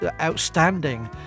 outstanding